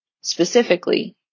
Specifically